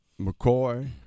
McCoy